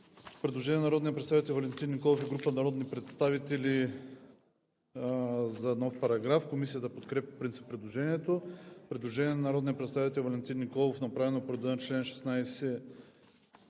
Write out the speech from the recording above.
Предложение на народния представител Валентин Николов и група народни представители за нов параграф. Комисията подкрепя по принцип предложението. Предложение от народния представител Валентин Николов, направено по реда на чл.